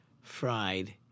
fried